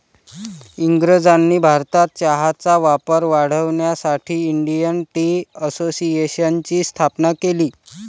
इंग्रजांनी भारतात चहाचा वापर वाढवण्यासाठी इंडियन टी असोसिएशनची स्थापना केली